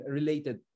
related